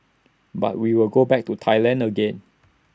but we will go back to Thailand again